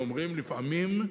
אומרים לפעמים: